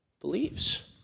believes